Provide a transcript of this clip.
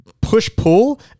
push-pull